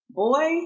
boy